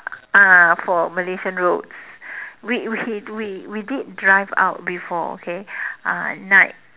ah for Malaysian roads we we we we did drive out before okay uh night